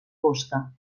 fosca